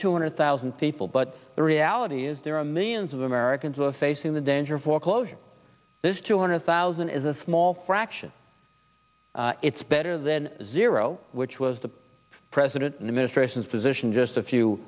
two hundred thousand people but the reality is there are millions of americans are facing the danger of foreclosure this two hundred thousand is a small fraction it's better than zero which was the president in the ministrations position just a few